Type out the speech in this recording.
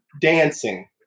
dancing